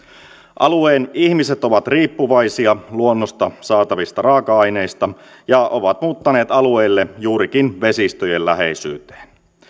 alueen ihmiset ovat riippuvaisia luonnosta saatavista raaka aineista ja ovat muuttaneet alueelle juurikin vesistöjen läheisyyteen